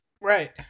Right